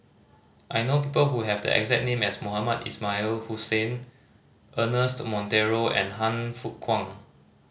I know people who have the exact name as Mohamed Ismail Hussain Ernest Monteiro and Han Fook Kwang